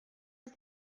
was